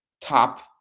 top